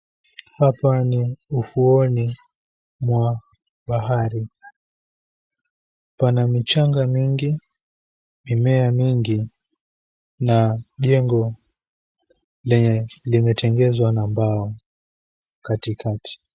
Hapa ni ufuoni mwa bahari. Pana michanga mingi, mimea mingi na jengo lenye limetengezwa na mbao katikati.